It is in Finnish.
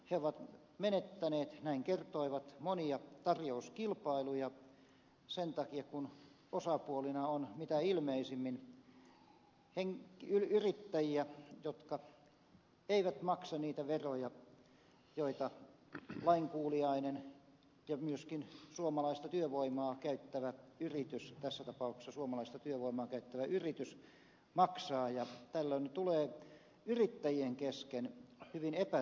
he ovat menettäneet näin kertoivat monia tarjouskilpailuja sen takia kun osapuolina on mitä ilmeisimmin yrittäjiä jotka eivät maksa niitä veroja joita lainkuuliainen ja myöskin suomalaista työvoimaa käyttävä yritys tässä tapauksessa suomalaista työvoimaa käyttävä yritys maksaa ja tällöin tulee yrittäjien kesken hyvin epäterve tilanne